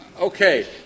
Okay